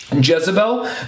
Jezebel